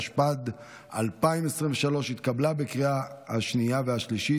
9), התשפ"ד 2023, התקבלה בקריאה השנייה והשלישית,